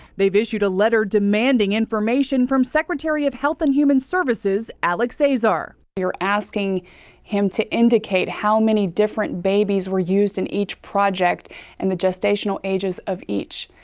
they have issued a letter demanding information from secretary of health and human services alex azar. they are asking him to indicate how many different babies were used in each project and the gestational ages of each.